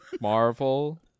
Marvel